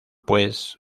pues